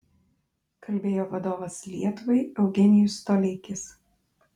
kalbėjo vadovas lietuvai eugenijus toleikis